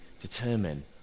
determine